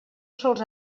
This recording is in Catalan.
sols